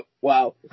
Wow